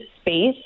space